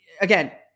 Again